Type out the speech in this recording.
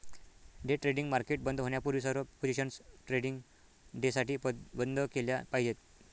day trading market बंद होण्यापूर्वी सर्व पोझिशन्स ट्रेडिंग डेसाठी बंद केल्या पाहिजेत